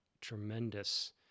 tremendous